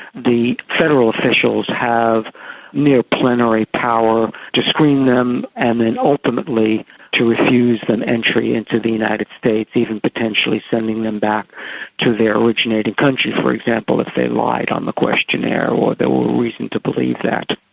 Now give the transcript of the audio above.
the federal officials have near plenary power to screen them and then ultimately to refuse them entry into the united states, even potentially sending them back to their originating country. for example, if they lied on the questionnaire or there was reason to believe that.